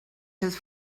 his